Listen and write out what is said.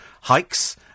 hikes